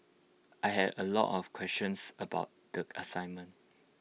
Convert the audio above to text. I had A lot of questions about the assignment